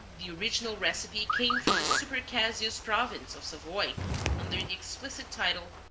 the original recipe came from the super-caseous province of savoy under the explicit title,